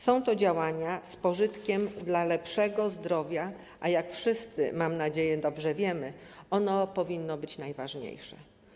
Są to działania z pożytkiem dla lepszego zdrowia, a jak wszyscy, mam nadzieję, dobrze wiemy, ono powinno być najważniejsze.